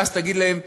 ואז תגיד להם: